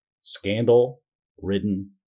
scandal-ridden